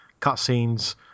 cutscenes